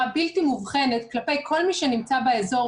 בלתי מובחנת כלפי כל מי שנמצא באזור,